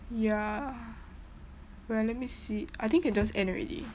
ya wait ah let me see I think can just end already